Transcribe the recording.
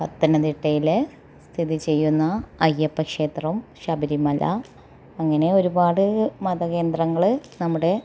പത്തനംതിട്ടയിൽ സ്ഥിതി ചെയ്യുന്ന അയ്യപ്പ ക്ഷേത്രം ശബരിമല അങ്ങനെ ഒരുപാട് മതകേന്ദ്രങ്ങൾ നമ്മുടെ